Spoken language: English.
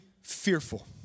fearful